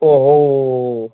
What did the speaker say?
ꯑꯣ ꯍꯣꯏ ꯍꯣꯏ